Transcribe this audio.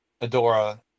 Adora